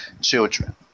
children